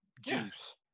juice